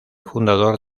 fundador